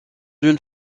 d’une